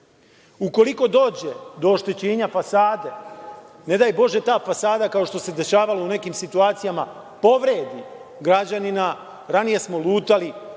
podrži. Ukoliko dođe do oštećenja fasade, ne daj bože ta fasada kao što se dešavalo u nekim situacijama povredi građanina, ranije smo lutali